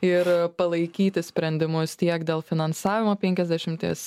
ir palaikyti sprendimus tiek dėl finansavimo penkiasdešimties